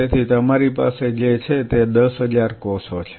તેથી તમારી પાસે જે છે તે 10000 કોષો છે